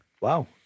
wow